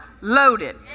loaded